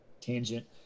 tangent